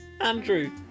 Andrew